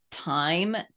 time